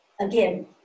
again